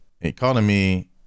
Economy